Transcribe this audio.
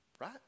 right